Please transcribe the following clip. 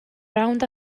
round